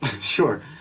sure